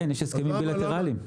כן, יש הסכמים בילטרליים.